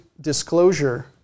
disclosure